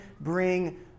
bring